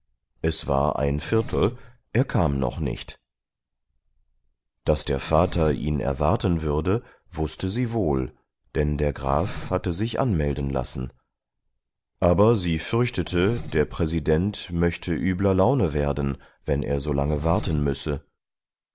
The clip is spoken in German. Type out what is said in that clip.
es war ein viertel er kam noch nicht daß der vater ihn erwarten würde wußte sie wohl denn der graf hatte sich anmelden lassen aber sie fürchtete der präsident möchte übler laune werden wenn er so lange warten müsse